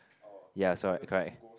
ya so right correct